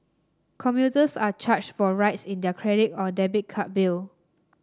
commuters are charged for rides in their credit or debit card bill